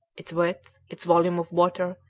its width, its volume of water,